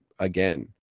Again